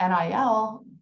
NIL